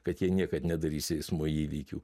kad jie niekad nedarys eismo įvykių